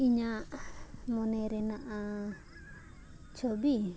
ᱤᱧᱟᱹᱜ ᱢᱚᱱᱮ ᱨᱮᱱᱟᱜ ᱪᱷᱳᱵᱤ